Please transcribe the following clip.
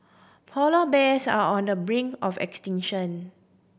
polar bears are on the brink of extinction